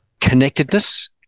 Connectedness